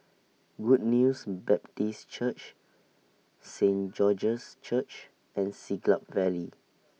Good News Baptist Church Saint George's Church and Siglap Valley